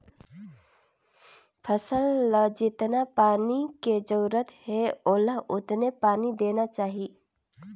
फसल ल जेतना पानी के जरूरत हे ओला ओतने पानी देना चाही